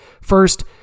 First